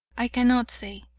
i cannot say.